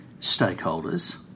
stakeholders